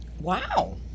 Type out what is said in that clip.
Wow